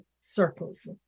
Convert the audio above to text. circles